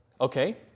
Okay